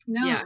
no